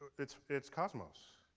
it's it's cosmos.